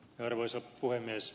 arvoisa puhemies